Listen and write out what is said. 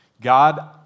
God